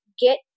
Get